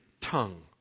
tongue